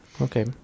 Okay